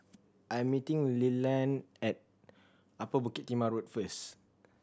I'm meeting Leland at Upper Bukit Timah Road first